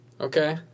Okay